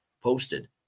posted